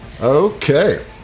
Okay